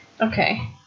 Okay